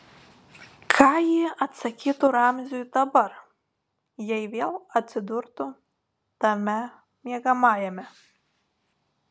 ką ji atsakytų ramziui dabar jei vėl atsidurtų tame miegamajame